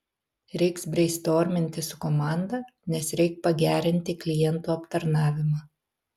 reiks breistorminti su komanda nes reik pagerinti klientų aptarnavimą